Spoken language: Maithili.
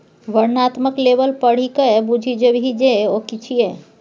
वर्णनात्मक लेबल पढ़िकए बुझि जेबही जे ओ कि छियै?